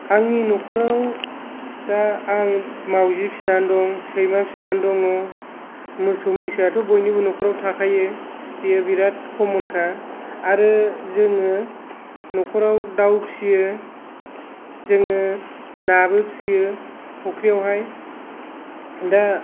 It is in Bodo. आंनि न'खराव दा आं माउजि फिसिनानै दं सैमा फिसिनानै दङ मोसौ मैसोआथ' बयनिबो न'खराव थाखायो बेयो बेराद कमन खा आरो जोङो न'खराव दाउ फियो जोङो नाबो फियो फुख्रियावहाय दा